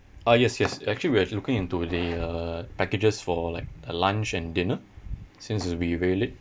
uh yes yes actually we are looking into the uh packages for like uh lunch and dinner since it will be very late